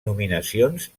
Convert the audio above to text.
nominacions